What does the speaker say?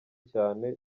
cyane